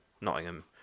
Nottingham